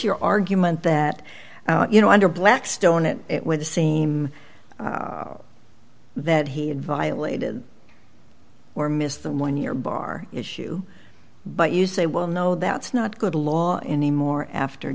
your argument that you know under blackstone and it were the same that he had violated or missed them one year bar issue but you say well no that's not good law anymore after